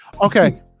Okay